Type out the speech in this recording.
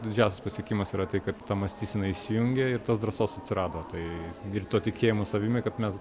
didžiausias pasiekimas yra tai kad ta mąstysena įsijungia ir tos drąsos atsirado tai ir to tikėjimu savimi kad mes